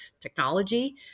technology